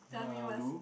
tell me what's